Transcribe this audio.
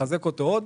לחזק אותם עוד,